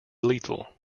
lethal